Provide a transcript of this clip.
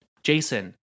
Jason